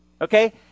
Okay